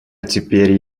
теперь